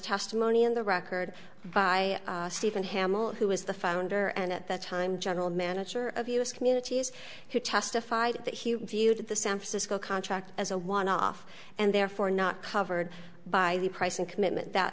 testimony in the record by steven hammell who is the founder and at that time general manager of u s communities who testified that he viewed the san francisco contract as a one off and therefore not covered by the price and commitment that